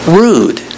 rude